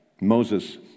Moses